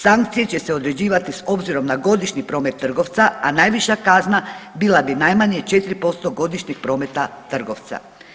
Sankcije će se određivati s obzirom na godišnji promet trgovca, a najviša kazna bila bi najmanje 4% godišnjeg prometa trgovca.